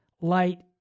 light